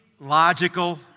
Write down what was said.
logical